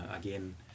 again